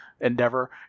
endeavor